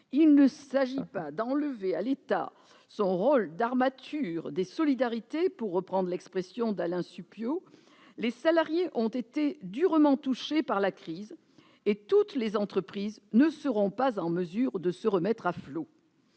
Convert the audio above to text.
il ne s'agit pas d'enlever à l'État son rôle d'armature des solidarités, pour reprendre l'expression d'Alain Supiot. Les salariés ont été durement touchés par la crise et toutes les entreprises ne seront pas en mesure de se remettre à flot.